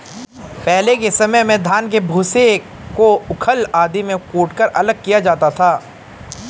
पहले के समय में धान के भूसे को ऊखल आदि में कूटकर अलग किया जाता था